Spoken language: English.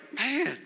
man